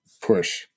push